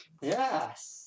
Yes